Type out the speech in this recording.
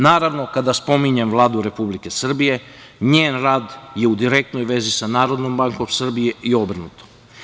Naravno, kada spominjem Vladu Republike Srbije, njen rad je u direktnoj vezi sa Narodnom bankom Srbije i obrnuto.